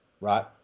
Right